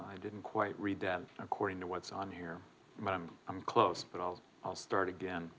i didn't quite read dead according to what's on here but i'm i'm close but i'll i'll start again